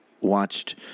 watched